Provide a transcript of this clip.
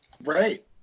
Right